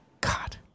God